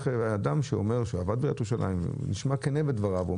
אדם שאומר שהוא עבד בעיריית ירושלים והוא נשמע כנה בדבריו.